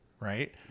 right